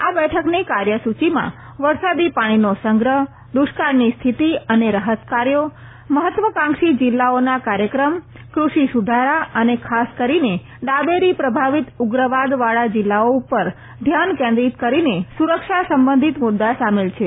આ બેઠકની કાર્યસુચીમાં વરસાદી પાણીનો સંગ્રહ દ્રષ્કાળની સ્થિતિ અને રાહત કાર્યો મહત્વકાંક્ષી જીલ્લાઓના કાર્યક્રમ કૃષિ સુધારા અને ખાસ કરીને ડાબેરી પ્રભાવિત ઉગ્રવાદવાળા જીલ્લાઓ ઉપર ધ્યાન કેન્દ્રીત કરીને સુરક્ષા સંબંધિત મુદા સામેલ છે